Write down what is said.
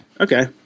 Okay